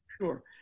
Sure